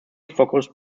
focused